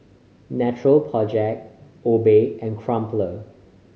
Natural Project Obey and Crumpler